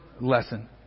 lesson